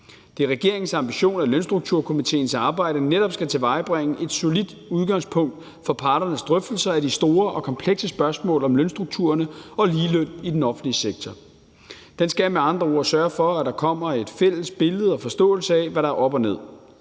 Det er regeringens ambition, at Lønstrukturkomitéens arbejde netop skal tilvejebringe et solidt udgangspunkt for parternes drøftelser af de store og komplekse spørgsmål om lønstrukturerne og ligeløn i den offentlige sektor. Den skal med andre ord sørge for, at der kommer et fælles billede af og en forståelse af, hvad der er op og ned.